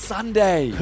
Sunday